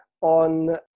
on